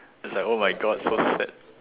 it's like oh my god so sad